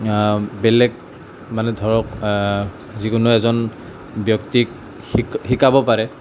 বেলেগ মানে ধৰক যিকোনো এজন ব্য়ক্তিক শিকাব পাৰে